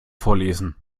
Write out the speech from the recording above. vorlesen